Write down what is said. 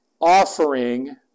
offering